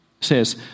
says